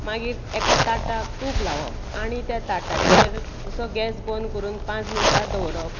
मागीर एका ताटाक तूप लावप आनी त्या ताटाचेर जसो गॅस बंद करून पांच मिनटां दवरप